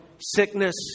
sickness